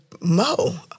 mo